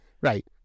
Right